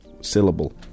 syllable